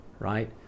right